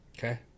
Okay